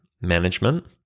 management